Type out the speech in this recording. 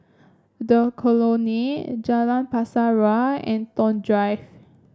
The Colonnade Jalan Pasir Ria and Toh Drive